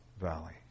Valley